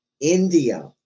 India